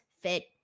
fit